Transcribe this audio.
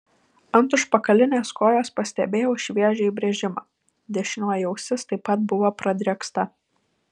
ant užpakalinės kojos pastebėjau šviežią įbrėžimą dešinioji ausis taip pat buvo pradrėksta